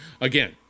Again